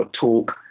talk